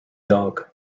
dog